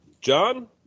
John